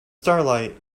starlight